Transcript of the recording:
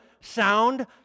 sound